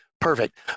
Perfect